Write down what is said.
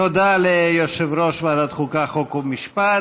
תודה ליושב-ראש ועדת חוקה, חוק ומשפט.